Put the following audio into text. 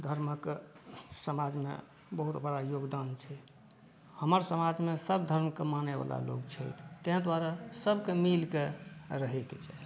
धर्मके समाजमे बहुत बड़ा योगदान छै हमर समाजमे सभधर्मके मानैवला लोक छै ताहि दुआरे सभकेँ मीलिकए रहैके चाही